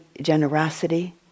generosity